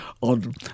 on